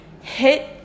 hit